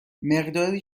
مقداری